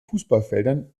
fußballfeldern